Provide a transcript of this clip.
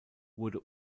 wurde